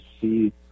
see